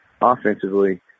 offensively